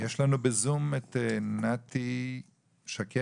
יש לנו בזום את נתי שקד,